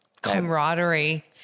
camaraderie